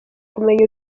kumenya